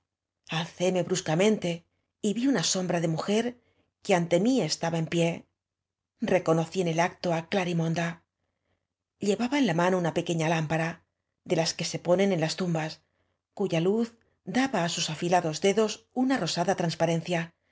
alcéme bruscamente y vi una sombra de mujer que ante m í estaba en pié re conocí on el acto á glarimonda llevaba en la mano una pequeña lámpara de las que se ponen en las tumbas cuya luz daba á sus añiados dedos una rosada transparencia